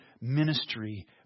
ministry